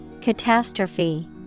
Catastrophe